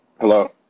Hello